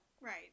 right